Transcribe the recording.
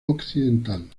occidental